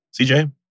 CJ